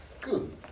Good